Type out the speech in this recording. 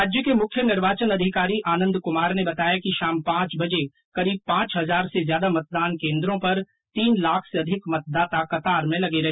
राज्य के मुख्य निर्वाचन अधिकारी आनंद कुमार ने बताया कि शाम पांच बजे करीब पांच हजार से ज्यादा मतदान केंद्रों पर तीन लाख से अधिक मतदाता कतार में लगे रहे